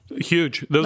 Huge